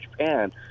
Japan